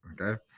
Okay